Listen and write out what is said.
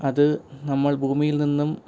അത് നമ്മൾ ഭൂമിയിൽ നിന്നും